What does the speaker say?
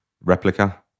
replica